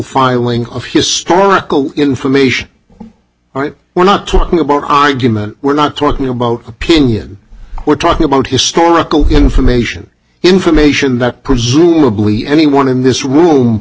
filing of historical information all right we're not talking about argument we're not talking about opinion we're talking about historical information information that presumably anyone in this room